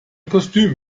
kostüm